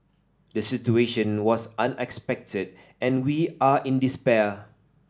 the situation was unexpected and we are in despair